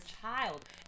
child